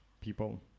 people